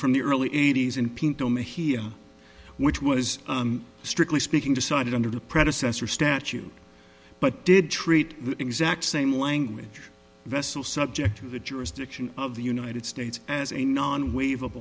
from the early eighty's in pink doma here which was strictly speaking decided under the predecessor statute but did treat the exact same language vessel subject to the jurisdiction of the united states as a non wave